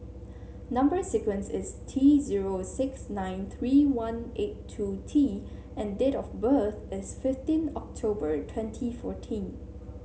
number sequence is T zero six nine three one eight two T and date of birth is fifteen October twenty fourteen